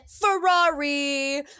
Ferrari